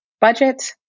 budget